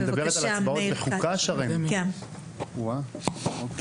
נשמע לסירוגין דוברים מן הציבור וחברי כנסת.